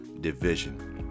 Division